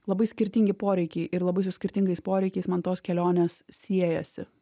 labai skirtingi poreikiai ir labai su skirtingais poreikiais man tos kelionės siejasi